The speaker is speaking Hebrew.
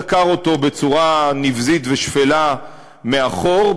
דקר אותו בצורה נבזית ושפלה מאחור,